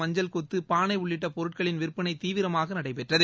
மஞ்சள் கொத்து பானை உள்ளிட்ட பொருட்களின் விற்பனை தீவிரமாக நடைபெற்றது